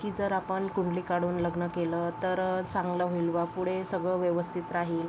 की जर आपण कुंडली काढून लग्न केलं तर चांगलं होईल वा पुढे सगळं व्यवस्थित राहील